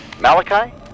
Malachi